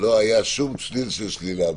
לא היה שום צליל של שלילה בדבריי.